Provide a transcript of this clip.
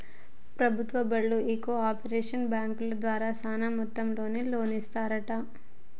ప్రభుత్వం బళ్ళు ఈ కో ఆపరేటివ్ బాంకుల ద్వారా సాన మొత్తంలో లోన్లు ఇస్తరంట